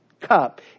cup